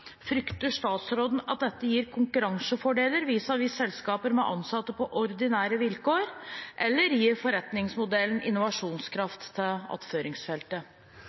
Frykter statsråden at dette gir konkurransefordeler vis-à-vis selskaper med ansatte på ordinære vilkår, eller gir forretningsmodellen innovasjonskraft til attføringsfeltet?»